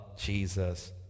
Jesus